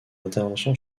intervention